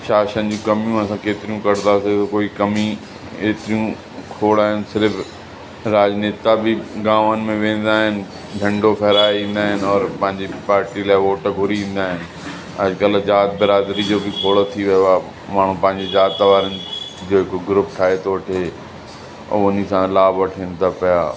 शासन जूं कमियूं असां केतिरियूं कढंदासीं कोई कमी एतिरियूं खोड़ आहिनि सिर्फ़ राज नेता बि गामनि में वेंदा आहिनि झंडो फैराए ईंदा आहिनि और पंहिंजी पार्टी लाइ वोट घुरी ईंदा आहिनि अॼुकल्ह ज़ाति बिरादरी जो बि खोड़ थी वियो आहे माण्हू पंहिंजे ज़ाति वारनि जो हिक ग्रूप ठाहे थो वठे ऐं हुन सां लाभ वठनि था पिया